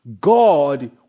God